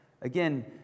Again